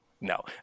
no